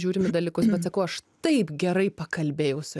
žiūrim į dalykus bet sakau aš taip gerai pakalbėjau su